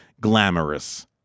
glamorous